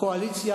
הקואליציה,